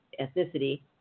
ethnicity